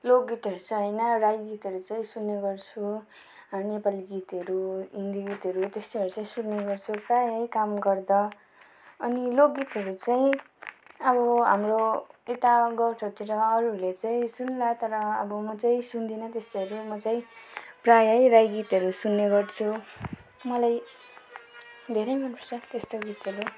लोकगीतहरू चाहिँ होइन राई गीतहरू चाहिँ सुन्ने गर्छु नेपाली गीतहरू हिन्दी गीतहरू त्यस्तोहरू चाहिँ सुन्ने गर्छु प्रायः काम गर्दा अनि लोकगीतहरू चाहिँ अब हाम्रो यता गाउँठाउँतिर अरूहरूले चाहिँ सुन्ला तर अब म चाहिँ सुन्दिनँ त्यसरी अब म चाहिँ सुन्दिनँ त्यस्तोहरू म चाहिँ प्रायः राई गीतहरू सुन्ने गर्छु मलाई धेरै मन पर्छ त्यस्तो गीतहरू